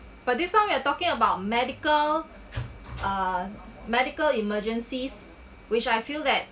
but this time we are talking about medical uh medical emergencies which I feel that